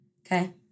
Okay